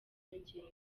inyongera